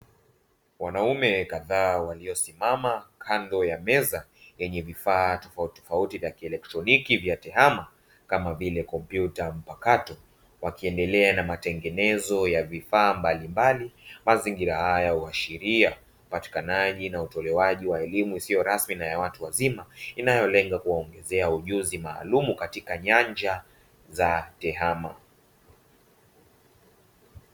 Wanaume kadhaa waliosimama kando ya meza yenye vifaa tofautitofauti vya kielektroniki vya tehama, kama vile kompyuta mpakato wakiendelea na matengenezo ya vifaa mbalimbali, mazingira haya huashiria upatikanaji na utolewaji wa elimu isiyo rasmi na ya watu wazima inayolenga kuwaongezea ujuzi maalumu katika nyanja za tehama.